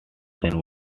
than